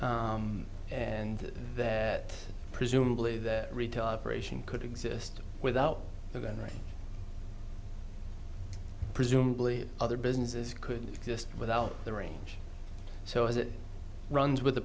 and that presumably that retail operation could exist without that right presumably other businesses could exist without the range so as it runs with the